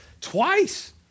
twice